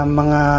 mga